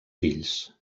fills